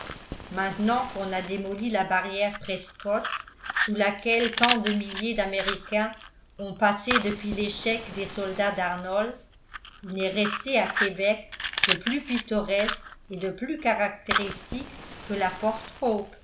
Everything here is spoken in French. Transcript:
maintenant qu'on a démoli la barrière prescott sous laquelle tant de milliers d'américains ont passé depuis l'échec des soldats d'arnold il n'est rien resté à québec de plus pittoresque et de plus caractéristique que la porte